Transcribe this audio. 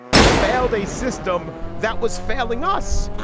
it failed a system that was failing us.